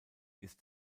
ist